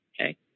okay